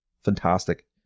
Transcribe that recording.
fantastic